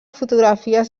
fotografies